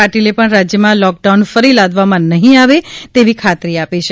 પાટીલે પણ રાજ્યમાં લોકડાઉન ફરી લાદવામાં નહીં આવે તેવી ખાતરી આપી છે